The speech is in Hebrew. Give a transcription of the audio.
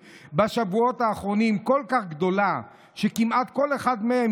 בשבועות האחרונים כל כך גדולה שכמעט כל אחד מהם,